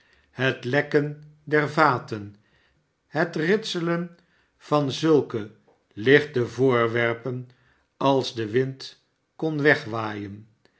het lekken der vaten het ritselen van zulke lichte voorwerpen als de wind kon wegwaaien